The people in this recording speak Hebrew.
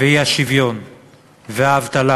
והאי-שוויון והאבטלה,